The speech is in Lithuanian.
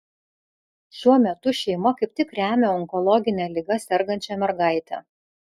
šiuo metu šeima kaip tik remia onkologine liga sergančią mergaitę